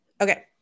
Okay